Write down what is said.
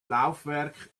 laufwerk